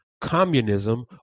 communism